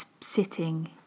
sitting